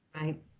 Right